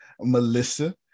Melissa